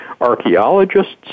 archaeologists